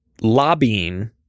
lobbying